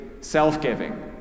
self-giving